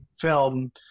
film